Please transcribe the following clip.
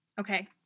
Okay